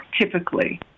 typically